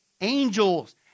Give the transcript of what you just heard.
Angels